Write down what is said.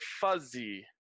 fuzzy